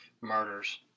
murders